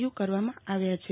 you કરવામાં આવ્યા છે